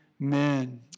Amen